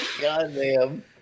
Goddamn